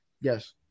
Yes